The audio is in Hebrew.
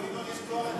יש טוהר הנשק.